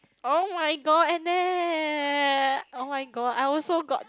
oh-my-god Annette oh-my-god I also got